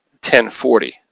1040